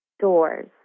doors